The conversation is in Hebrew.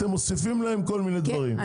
אתם גם מוסיפים להם כל מיני דברים.